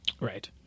right